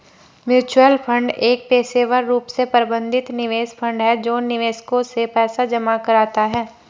mutual fund एक पेशेवर रूप से प्रबंधित निवेश फंड है जो निवेशकों से पैसा जमा कराता है